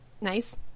Nice